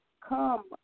come